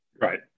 Right